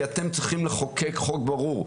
כי אתם צריכים לחוקק חוק ברור,